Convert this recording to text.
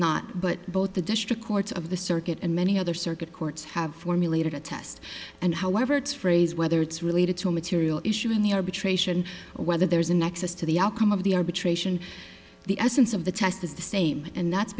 not but both the district courts of the circuit and many other circuit courts have formulated a test and however it's phrase whether it's related to material issue in the arbitration or whether there is a nexus to the outcome of the arbitration the essence of the test is the same and that's